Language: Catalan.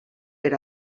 per